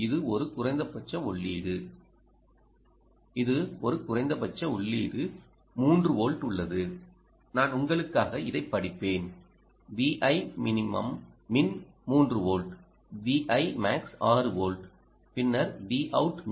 இது ஒரு குறைந்தபட்ச உள்ளீடு 3 வோல்ட் உள்ளது நான் உங்களுக்காக இதைப் படிப்பேன் Vi min 3 volt Vi max 6 volt பின்னர் Vout min 1